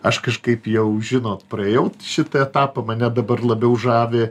aš kažkaip jau žinot praėjau šitą etapą mane dabar labiau žavi